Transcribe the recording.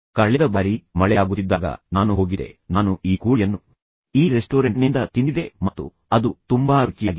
ಕಳೆದ ಬಾರಿ ಮಳೆಯಾಗುತ್ತಿದ್ದಾಗ ನಾನು ಹೋಗಿದ್ದೆ ನಾನು ಈ ಕೋಳಿಯನ್ನು ಈ ರೆಸ್ಟೋರೆಂಟ್ನಿಂದ ತಿಂದಿದ್ದೆ ಮತ್ತು ಅದು ತುಂಬಾ ರುಚಿಯಾಗಿತ್ತು